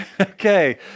Okay